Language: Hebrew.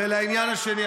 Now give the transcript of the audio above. ולעניין השני,